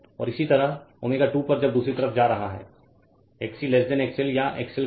और इसी तरह ω 2 पर जब दूसरी तरफ जा रहा है XC XL या XL XC